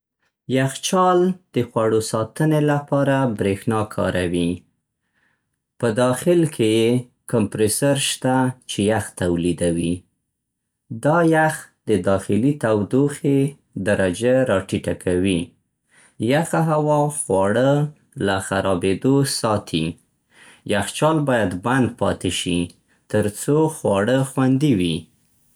یخچال د خوړو ساتنې لپاره برېښنا کاروي. په داخل کې يې کمپریسر شته چې یخ تولیدوي. دا یخ د داخلي تودوخې درجه راټیټه کوي. یخه هوا خواړه له خرابېدو ساتي. یخچال باید بند پاتې شي؛ تر څو خواړه خوندي وي.